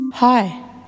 Hi